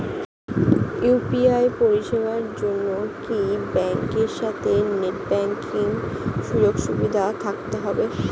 UPI পরিষেবার জন্য কি ব্যাংকের সাথে নেট ব্যাঙ্কিং সুযোগ সুবিধা থাকতে হবে?